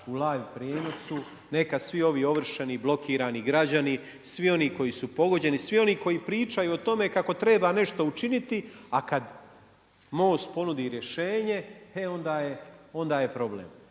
u live prijenosu, neka svi ovi ovršeni i blokirani građani, svi oni koji su pogođeni, svi oni koji pričaju o tome kako treba nešto učiniti a kada MOST ponudi rješenje, e onda je problem.